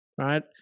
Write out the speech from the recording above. right